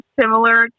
similar